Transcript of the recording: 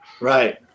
Right